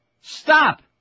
Stop